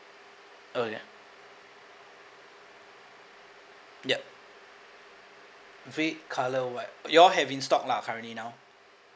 uh ya yup red colour white you all have in stock lah currently now